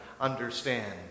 understand